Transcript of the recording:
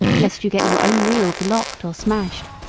lest you get your own wheels locked or smashed,